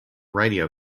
radio